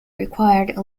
required